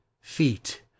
feet